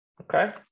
Okay